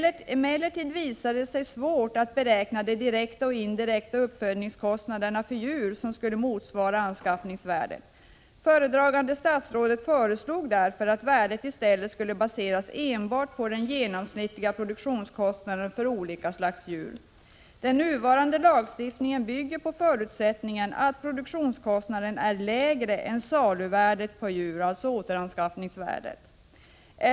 Emellertid visade det sig svårt att beräkna de direkta och indirekta uppfödningskostnaderna för djur som skulle motsvara anskaffningsvärdet. Föredragande statsrådet föreslog därför att värdet i stället skulle baseras enbart på den genomsnittliga produktionskostnaden för olika slags djur. Den 141 nuvarande lagstiftningen bygger på förutsättningen att produktionskostnaderna är lägre än saluvärdet på djuren, dvs. återanskaffningsvärdet.